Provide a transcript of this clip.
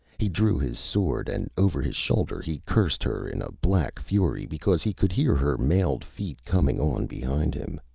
he drew his sword and over his shoulder he cursed her in a black fury because he could hear her mailed feet coming on behind him.